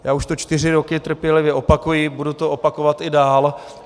Já už to čtyři roky trpělivě opakuji, budu to opakovat i dál.